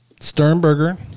Sternberger